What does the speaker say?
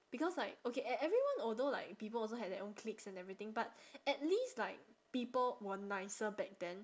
because like okay e~ everyone although like people also had their own cliques and everything but at least like people were nicer back then